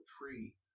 tree